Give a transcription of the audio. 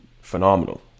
phenomenal